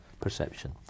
perception